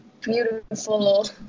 beautiful